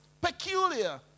Peculiar